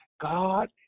God